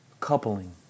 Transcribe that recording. coupling